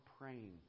praying